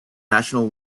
national